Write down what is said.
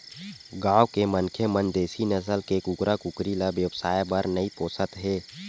गाँव के मनखे मन देसी नसल के कुकरा कुकरी ल बेवसाय बर नइ पोसत हे